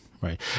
right